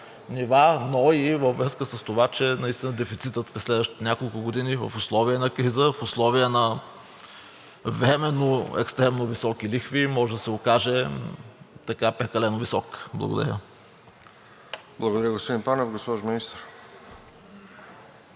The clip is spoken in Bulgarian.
но и във връзка с това, че наистина дефицитът през следващите няколко години в условия на криза, в условия на временно екстремно високи лихви може да се окаже прекалено висок? Благодаря. ПРЕДСЕДАТЕЛ РОСЕН ЖЕЛЯЗКОВ: Благодаря, господин Панев. Госпожо Министър.